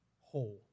whole